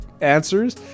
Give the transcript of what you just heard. answers